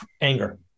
anger